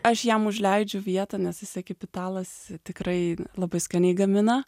aš jam užleidžiu vietą nes isai kaip italas tikrai labai skaniai gamina